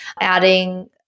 adding